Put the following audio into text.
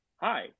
Hi